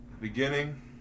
beginning